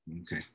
Okay